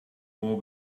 more